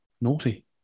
naughty